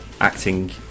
acting